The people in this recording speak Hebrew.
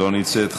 לא נמצאת,